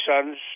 son's